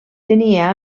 tenia